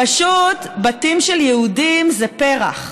פשוט בתים של יהודים זה פרח.